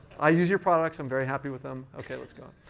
i use your products. i'm very happy with them. ok, let's go.